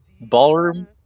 ballroom